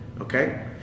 Okay